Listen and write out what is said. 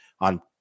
on